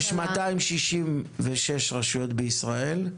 יש 266 רשויות בישראל,